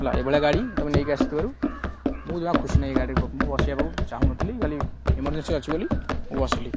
ହେଲା ଏଭଳିଆ ଗାଡ଼ି ତମେ ନେଇକି ଆସିଥିବାରୁ ମୁଁ ଜମା ଖୁସି ନାହିଁ ଏ ଗାଡ଼ି ମୁଁ ବସିବାକୁ ଚାହୁଁନଥିଲି ଖାଲି ଏମରଜେନ୍ସି ଅଛି ବୋଲି ମୁଁ ବସିଲି